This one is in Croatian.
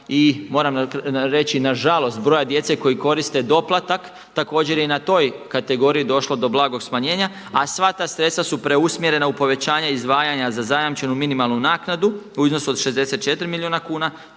i moram reći na žalost broja djece koji koriste doplatak također je i na toj kategoriji došlo do blagog smanjenja, a sva ta sredstva su preusmjerena u povećanje izdvajanja za zajamčenu minimalnu naknadu u iznosu od 64 milijuna kuna,